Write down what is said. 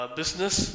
business